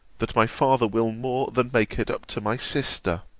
that my father will more than make it up to my sister.